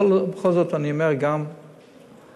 בכל זאת אני אומר, אני